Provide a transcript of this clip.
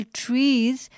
trees